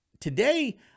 today